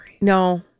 no